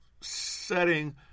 setting